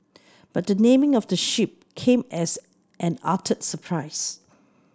but the naming of the ship came as an utter surprise